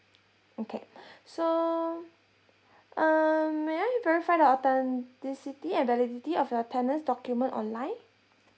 okay so um may I verify the authenticity and validity of your tenant's document online